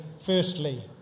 firstly